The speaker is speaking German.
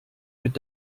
mit